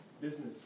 business